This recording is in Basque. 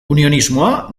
unionismoa